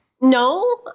No